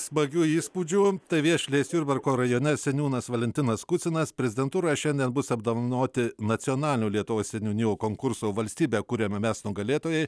smagių įspūdžių tai viešvilės jurbarko rajone seniūnas valentinas kucinas prezidentūroje šiandien bus apdovanoti nacionalinio lietuvos seniūnijų konkurso valstybę kuriame mes nugalėtojai